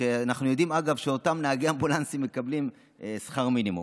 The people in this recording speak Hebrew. כשאנחנו יודעים שאותם נהגי אמבולנס מקבלים שכר מינימום.